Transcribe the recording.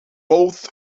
both